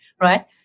right